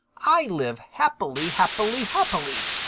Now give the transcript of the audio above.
i live happ-i-ly, happ-i-ly, happ-i-ly,